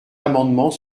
amendement